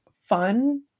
fun